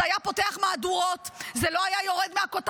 זה היה פותח מהדורות, זה לא היה יורד מהכותרות.